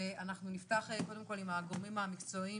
ואנחנו נפתח קודם כל עם הגורמים המקצועיים